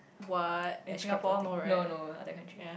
what in Singapore no right ya